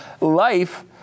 Life